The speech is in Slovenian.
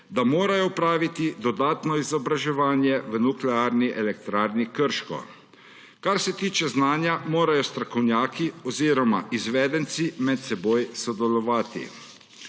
da morajo opraviti dodatno izobraževanje v Nuklearni elektrarni Krško. Kar se tiče znanja, morajo strokovnjaki oziroma izvedenci med seboj sodelovati.